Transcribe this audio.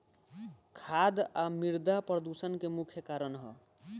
खाद आ मिरदा प्रदूषण के मुख्य कारण ह